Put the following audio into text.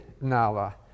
Nala